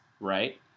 right